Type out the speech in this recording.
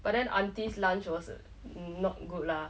but then auntie's lunch was not good lah